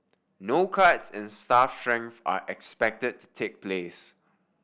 no cuts in staff strength are expected to take place